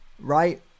Right